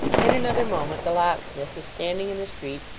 in another moment the locksmith was standing in the street,